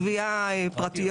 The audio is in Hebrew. חברות גבייה פרטיות.